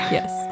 Yes